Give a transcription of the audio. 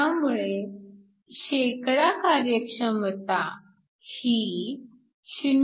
त्यामुळे कार्यक्षमता ही 0